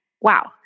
Wow